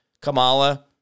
Kamala